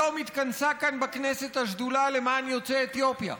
היום התכנסה כאן בכנסת השדולה למען יוצאי אתיופיה,